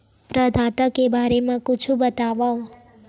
प्रदाता के बारे मा कुछु बतावव?